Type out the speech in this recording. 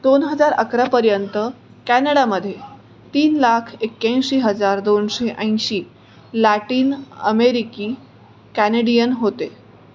दोन हजार अकरापर्यंत कॅनडामध्ये तीन लाख एक्याऐंशी हजार दोनशे ऐंशी लॅटीन अमेरिकी कॅनेडियन होते